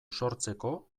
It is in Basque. sortzeko